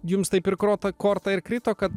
jums taip ir krota korta ir krito kad